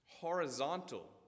Horizontal